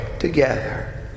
together